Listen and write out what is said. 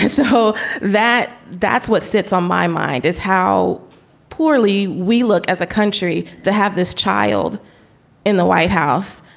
so that that's what sits on my mind is how poorly we look as a country to have this child in the white house.